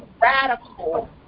radical